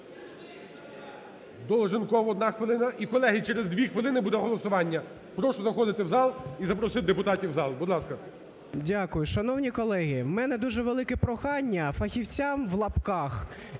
Долженков, одна хвилина. І, колеги, через дві хвилини буде голосування. Прошу заходити в зал і запросити депутатів в зал. Будь ласка. 11:24:30 ДОЛЖЕНКОВ О.В. Дякую. Шановні колеги, у мене дуже велике прохання фахівцям (в лапках),